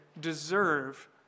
deserve